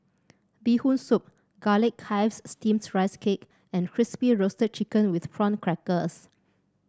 Bee Hoon Soup Garlic Chives Steamed Rice Cake and Crispy Roasted Chicken with Prawn Crackers